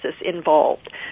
involved